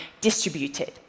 distributed